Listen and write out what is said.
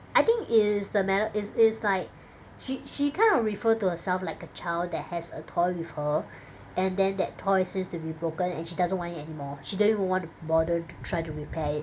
I think it is the matter it is like she she kind of refer to herself like a child that has a toy with her and then that toy seems to be broken and she doesn't want it anymore she don't even want to bother try to repair it